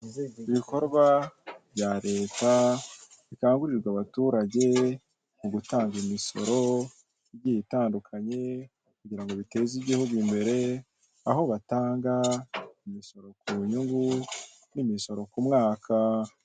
Ibikorwa bya Leta bikangurira abaturage ku gutanga imisoro itandukanye kugira ngo biteze igihugu imbere aho batanga imisoro ku nyungu n'imisoro ku mwaka.